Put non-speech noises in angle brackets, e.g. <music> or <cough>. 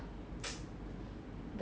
<noise>